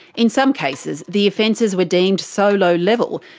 in some cases the offences were deemed so low level,